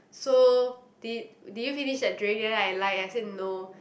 so did did you finish that drink then I lied I say no